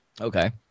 Okay